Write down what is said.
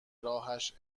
راهش